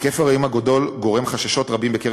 היקף האירועים הגדול גורם חששות רבים בקרב